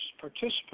participants